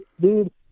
dude